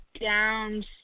down